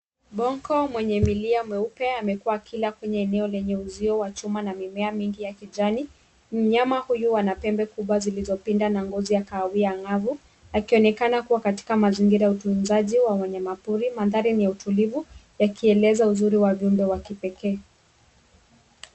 Bonko wenye milia mweupe amekua akila kwenye eneo lenye uzio wa chuma na mimea mingi ya kijani. mnyama huyu anapembe kubwa zilizopinda na ngozi ya kahawia angavu akionekana kua katika mazingira utunzaji wa wanyamapori, mandhari ni ya utulivu yakieneza uzuri wa viumbe wa kipekee.